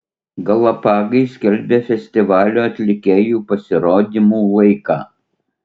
galapagai skelbia festivalio atlikėjų pasirodymų laiką